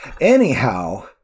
Anyhow